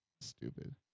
Stupid